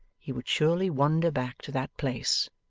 he would surely wander back to that place,